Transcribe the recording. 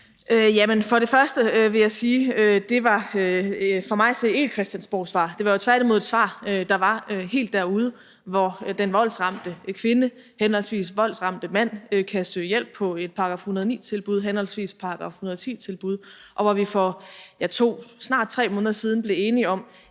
For det første vil jeg sige, at det for mig at se ikke var et Christiansborgsvar. Det var tværtimod et svar, der var helt derude, hvor den voldsramte henholdsvis kvinde og mand kan søge hjælp på henholdsvis et § 109-tilbud og § 110-tilbud, og hvor vi for 2, ja, snart 3 måneder siden blev enige om,